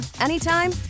anytime